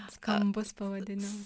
skambus pavadinimas